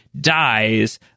dies